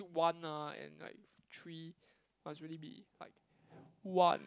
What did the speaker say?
one ah and like three must really be like one